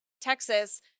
Texas